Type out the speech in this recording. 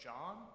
John